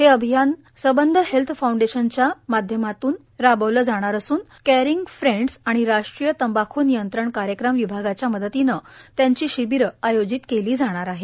हे अभियान संबंध हेल्थ फॉउंडेशनच्या माध्यमातून राबविले जाणार असून कॅरिंग फ्रेंड्स आणि राष्ट्रीय तंबाख् नियंत्रण कार्यक्रम विभागाच्या मदतीने त्याची शिबीरे आयोजित केली जाणार आहेत